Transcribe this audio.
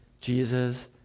Jesus